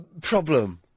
problem